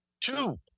Two